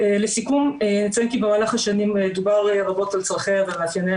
לסיכום נציין כי במהלך השנים דובר רבות על צרכיה ומאפייניה